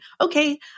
okay